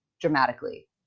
dramatically